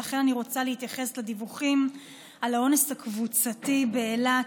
ולכן אני רוצה להתייחס לדיווחים על האונס הקבוצתי באילת,